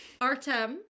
Artem